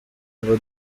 ngo